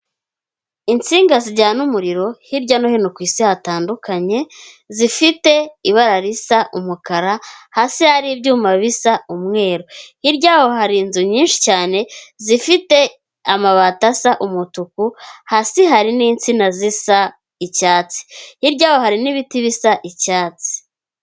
Insinga zijyana umuriro hirya no hino ku isi hatandukanye zifite ibara risa umukara, hasi hari ibyuma bisa umweru hirya yaho hari inzu nyinshi cyane zifite amabati asa umutuku, hasi hari n'insina zisa icyatsim hirya yaho hari n'ibiti bisa icyatsi.